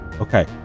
Okay